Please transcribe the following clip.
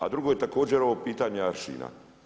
A drugo je također ovo pitanje aršina.